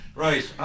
Right